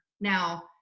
Now